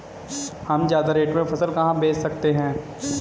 हम ज्यादा रेट में फसल कहाँ बेच सकते हैं?